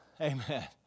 Amen